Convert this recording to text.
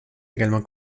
également